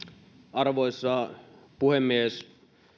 arvoisa puhemies